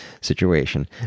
situation